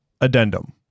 Addendum